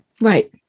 right